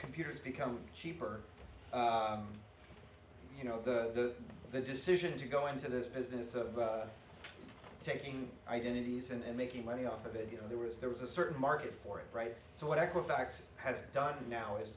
computers become cheaper you know the the decision to go into this business of taking identities and making money off of it you know there is there was a certain market for it right so what equifax has done now is